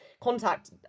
contact